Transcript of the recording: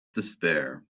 despair